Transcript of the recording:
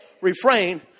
refrain